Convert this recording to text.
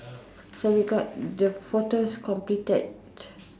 so we got the photos completed